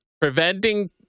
Preventing